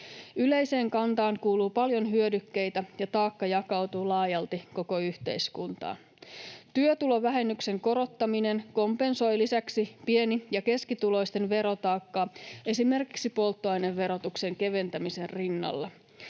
Yleiseen kantaan kuuluu paljon hyödykkeitä, ja taakka jakautuu laajalti koko yhteiskuntaan. Työtulovähennyksen korottaminen kompensoi lisäksi pieni- ja keskituloisten verotaakkaa esimerkiksi polttoaineverotuksen keventämisen rinnalla.